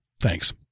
thanks